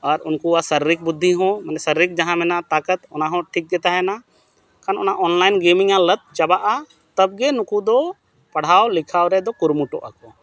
ᱟᱨ ᱩᱱᱠᱩᱣᱟᱜ ᱥᱟᱨᱤᱨᱤᱠ ᱵᱩᱫᱽᱫᱷᱤ ᱦᱚᱸ ᱢᱟᱱᱮ ᱥᱟᱨᱤᱨᱤᱠ ᱡᱟᱦᱟᱸ ᱢᱮᱱᱟᱜᱼᱟ ᱛᱟᱠᱚᱛ ᱚᱱᱟ ᱦᱚᱸ ᱴᱷᱤᱠ ᱜᱮ ᱛᱟᱦᱮᱱᱟ ᱠᱷᱟᱱ ᱚᱱᱟ ᱟᱜ ᱞᱟᱫ ᱪᱟᱵᱟᱜᱼᱟ ᱛᱚᱵᱽᱜᱮ ᱱᱩᱠᱩ ᱫᱚ ᱯᱟᱲᱦᱟᱣ ᱞᱮᱠᱷᱟᱭ ᱨᱮᱫᱚ ᱠᱩᱨᱩᱢᱩᱴᱩᱜᱼᱟ